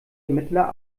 ermittler